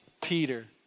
Peter